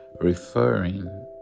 Referring